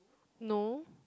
no